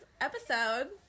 episode